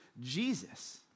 Jesus